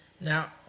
now